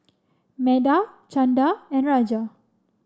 Medha Chanda and Raja